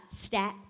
step